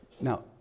Now